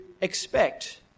expect